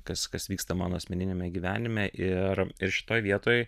kas kas vyksta mano asmeniniame gyvenime ir ir šitoj vietoj